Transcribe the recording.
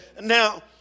Now